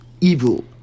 evil